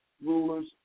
rulers